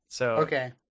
Okay